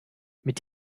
mit